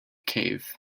cave